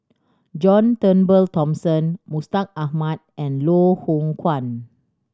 John Turnbull Thomson Mustaq Ahmad and Loh Hoong Kwan